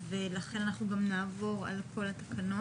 לכן אנחנו גם נעבור על כל התקנות.